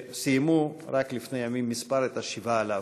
שסיימו רק לפני ימים מספר את השבעה עליו.